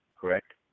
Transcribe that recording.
correct